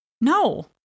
No